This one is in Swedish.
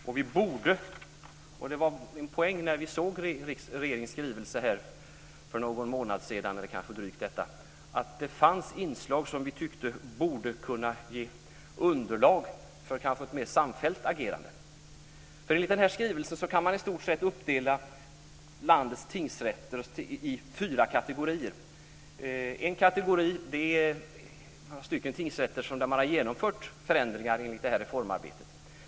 Min poäng när vi såg regeringens skrivelse för drygt en månad sedan var att det fanns inslag som vi tyckte borde kunna ge underlag för ett mer samfällt agerande. Enligt denna skrivelse kan man i stort sett uppdela landets tingsrätter i fyra kategorier. En kategori är några tingsrätter där man har genomfört förändringar enligt det här reformarbetet.